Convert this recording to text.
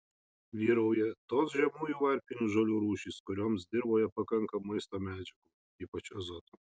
vyrauja tos žemųjų varpinių žolių rūšys kurioms dirvoje pakanka maisto medžiagų ypač azoto